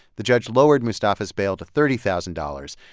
the judge lowered mustafa's bail to thirty thousand dollars,